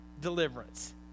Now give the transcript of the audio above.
deliverance